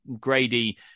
Grady